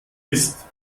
ist